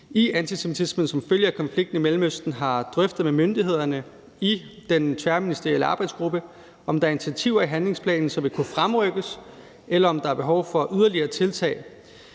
af antisemitisme som følge af konflikten i Mellemøsten har drøftet med myndighederne i den tværministerielle arbejdsgruppe, om der er initiativer i handlingsplanen, som vil kunne fremrykkes, eller om der er behov for yderligere tiltag.